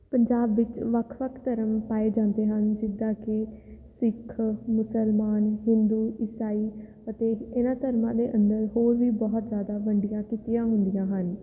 ਪੰਜਾਬ ਵਿੱਚ ਵੱਖ ਵੱਖ ਧਰਮ ਪਾਏ ਜਾਂਦੇ ਹਨ ਜਿੱਦਾਂ ਕਿ ਸਿੱਖ ਮੁਸਲਮਾਨ ਹਿੰਦੂ ਈਸਾਈ ਅਤੇ ਇਹਨਾਂ ਧਰਮਾਂ ਦੇ ਅੰਦਰ ਹੋਰ ਵੀ ਬਹੁਤ ਜ਼ਿਆਦਾ ਵੰਡੀਆਂ ਕੀਤੀਆਂ ਹੁੰਦੀਆਂ ਹਨ